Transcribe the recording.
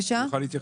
אני רוצה להמשיך